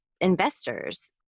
investors